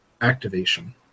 activation